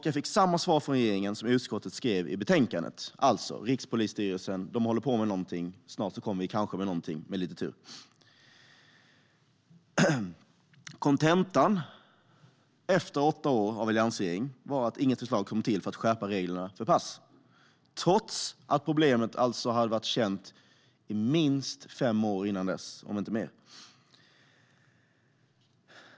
Jag fick samma svar från regeringen som från utskottet i betänkandet, alltså att Rikspolisstyrelsen håller på med något och snart kommer vi kanske med något, med lite tur. Kontentan efter åtta år av alliansregering var att det inte kom något förslag för att skärpa reglerna för pass, trots att problemet hade varit känt i minst fem år innan dess, om inte mer.